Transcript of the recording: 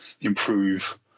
improve